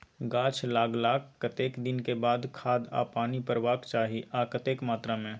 गाछ लागलाक कतेक दिन के बाद खाद आ पानी परबाक चाही आ कतेक मात्रा मे?